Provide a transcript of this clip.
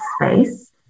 space